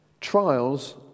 Trials